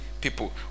people